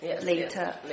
later